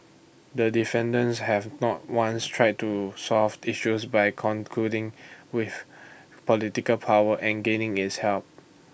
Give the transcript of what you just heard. the defendants have not once tried to solved issues by concluding with political power and gaining its help